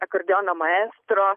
akordeono maestro